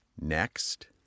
next